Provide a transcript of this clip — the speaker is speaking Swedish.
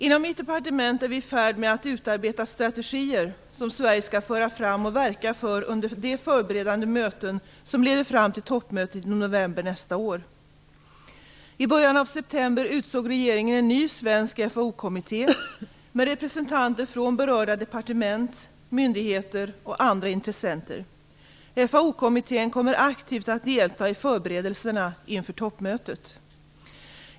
Inom mitt departement är vi i färd med att utarbeta strategier som Sverige skall föra fram och verka för under de förberedande möten som leder fram till toppmötet i november nästa år. I början av september utsåg regeringen en ny svensk FAO-kommitté med representanter från berörda departement, myndigheter och andra intressenter. FAO-kommittén kommer att aktivt delta i förberedelserna inför toppmötet.